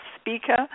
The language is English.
speaker